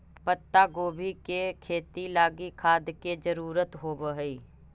पत्तागोभी के खेती लागी खाद के जरूरत होब हई